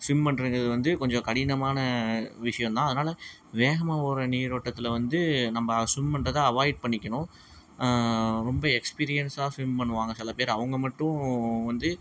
swim பண்ணுறதுங்கறது வந்து கொஞ்சம் கடினமான விஷயம் தான் அதனால் வேகமாக ஓடுற நீரோட்டத்தில் வந்து நம்ம ஸ்விம் பண்ணுறத அவாய்ட் பண்ணிக்கணும் ரொம்ப எக்ஸ்பீரியன்ஸாக ஸ்விம் பண்ணுவாங்க சிலப் பேர் அவங்க மட்டும் வந்து